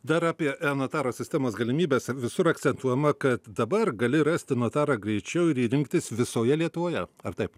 dar apie enotaro sistemos galimybes visur akcentuojama kad dabar gali rasti notarą greičiau ir rinktis visoje lietuvoje ar taip